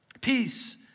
Peace